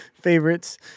favorites